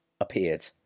appeared